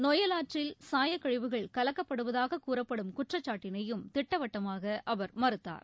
நொய்யலாற்றில் சாயக்கழிவுகள் கலக்கப்படுவதாக கூறப்படும் குற்றச்சாட்டினையும் திட்டவட்டமாக அவர் மறுத்தார்